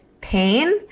pain